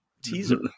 teaser